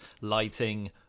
lighting